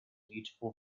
beautiful